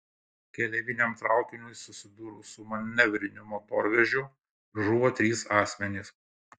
keleiviniam traukiniui susidūrus su manevriniu motorvežiu žuvo trys asmenys